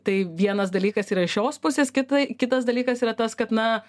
tai vienas dalykas yra iš šios pusės kita kitas dalykas yra tas kad na